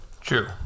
True